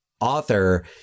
author